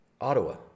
Ottawa